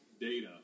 data